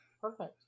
Perfect